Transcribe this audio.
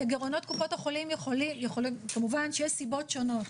לגירעונות קופות החולים כמובן שיש סיבות שונות,